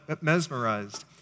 mesmerized